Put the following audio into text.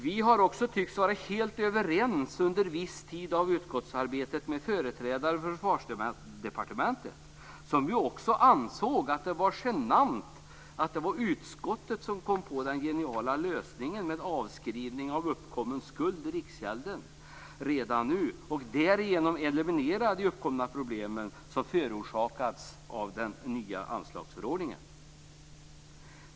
Vi har också tyckts vara helt överens under viss tid av utskottsarbetet med företrädare för Försvarsdepartementet. De ansåg också att det var genant att det var utskottet som kom på den geniala lösningen med en avskrivning av uppkommen skuld till Riksgälden redan nu, så att man därmed kunde eliminera de uppkomna problemen som förorsakats av den nya anslagsförordningen.